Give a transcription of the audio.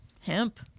hemp